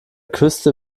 küste